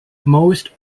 most